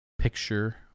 picture